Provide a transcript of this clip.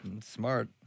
smart